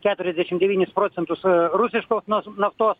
keturiasdešim devynis procentus rusiškos naftos